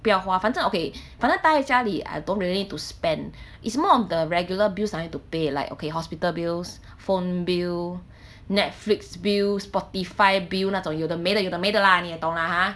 不要花反正 okay 反正呆在家里 I don't really need to spend is more of the regular bills I had to pay like okay hospital bills phone bill Netflix bill spotify bill 那种有的没的有的没的啦你也懂 lah ha